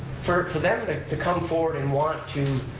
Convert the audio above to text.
for for them to come forward and want to,